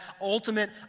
ultimate